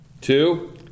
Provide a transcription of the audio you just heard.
two